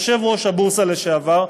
יושב-ראש הבורסה לשעבר,